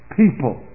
people